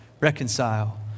Reconcile